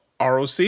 ROC